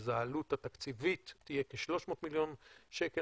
אז העלות התקציבית תהיה כ-300 מיליון שקל.